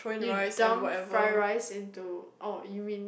you dump fry rice in to oh you mean